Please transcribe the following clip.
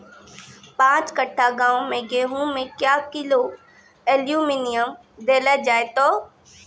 पाँच कट्ठा गांव मे गेहूँ मे क्या किलो एल्मुनियम देले जाय तो?